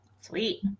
Sweet